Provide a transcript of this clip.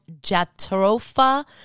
Jatropha